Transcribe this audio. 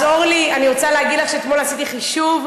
אז אורלי, אני רוצה להגיד לך שאתמול עשיתי חישוב.